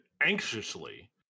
anxiously